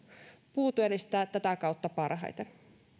puu työllistää tätä kautta parhaiten